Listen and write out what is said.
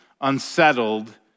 unsettled